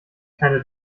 keine